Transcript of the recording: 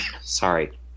Sorry